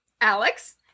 Alex